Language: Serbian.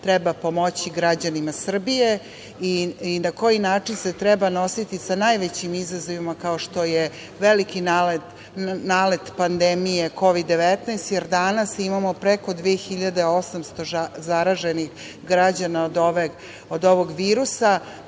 treba pomoći građanima Srbije i na koji način se treba nositi sa najvećim izazovima kao što je veliki nalet pandemije Kovid-19, jer danas imamo preko 2.800 zaraženih građana od ovog virusa. Mislim